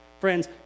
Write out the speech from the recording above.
Friends